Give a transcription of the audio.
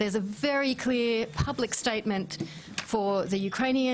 שיש הצהרה פומבית מאוד חשובה עבור האוקראינים,